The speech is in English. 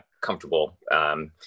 comfortable